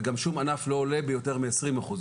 וגם שום ענף לא עולה ביותר מעשרים אחוז.